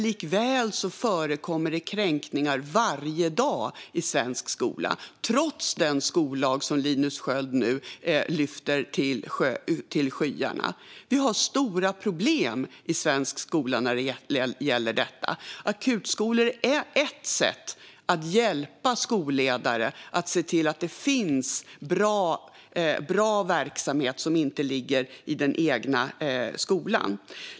Likväl förekommer det kränkningar varje dag i svensk skola, trots den skollag som Linus Sköld nu lyfter till skyarna. Vi har stora problem i svensk skola när det gäller detta. Akutskolor är ett sätt att hjälpa skolledare att se till att det finns bra verksamhet som inte ligger i den egna skolan.